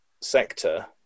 sector